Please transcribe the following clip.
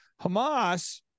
Hamas